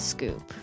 Scoop